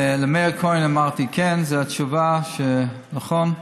למאיר כהן אמרתי, כן, זו התשובה, נכון,